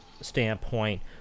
standpoint